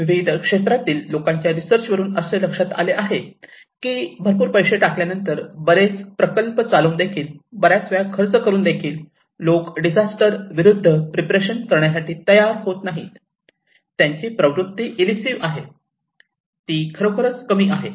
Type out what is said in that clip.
विविध क्षेत्रातील लोकांच्या रिसर्च वरून असे लक्षात आले आहे की भरपूर पैसे टाकल्या नंतर बरेच प्रकल्प चालवून देखील बराच वेळ खर्च करून देखील लोक डिजास्टर विरुद्ध प्रिप्रेशन करण्यासाठी तयार होत नाही त्यांची प्रवृत्ती एलुसिव्ह आहे ती खरोखरच कमी आहे